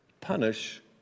punish